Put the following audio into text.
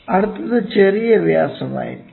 അടുത്തത് ചെറിയ വ്യാസമായിരിക്കും